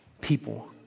people